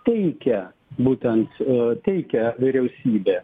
teikia būtent teikia vyriausybė